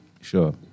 Sure